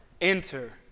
enter